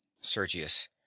Sergius